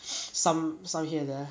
some 上线的